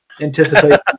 Anticipate